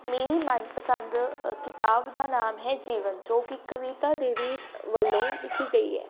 ਮੇਰੀ ਮਨਪਸੰਦ ਕਿਤਾਬ ਦਾ ਨਾਮ ਹੈ ਜੀਵਨ ਜੋ ਕਿ ਕਵਿਤਾ ਦੇਵੀ ਵੱਲੋਂ ਲਿਖੀ ਗਈ ਹੈ